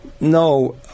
no